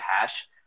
hash